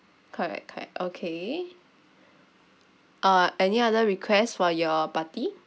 correct correct okay uh any other request for your party